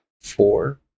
Four